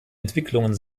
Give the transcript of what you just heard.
entwicklungen